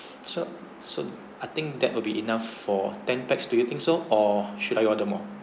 so so I think that will be enough for ten pax do you think so or should I order more